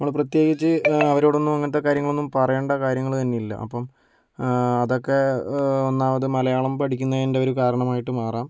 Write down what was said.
നമ്മൾ പ്രത്യേകിച്ച് അവരോടൊന്നും അങ്ങനത്തെ കാര്യങ്ങളൊന്നും പറയണ്ട കാര്യങ്ങൾ തന്നെയില്ല അപ്പം അതൊക്കെ ഒന്നാമത് മലയാളം പഠിക്കുന്നതിൻ്റെ ഒരു കാരണമായിട്ട് മാറാം